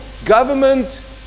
government